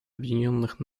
объединенных